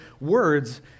words